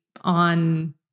on